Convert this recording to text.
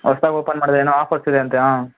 ಹೊಸದಾಗಿ ಓಪನ್ ಮಾಡ್ದೆ ಏನೋ ಆಫರ್ಸ್ ಇದೆ ಅಂತೆ ಹಾಂ